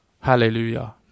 hallelujah